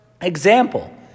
example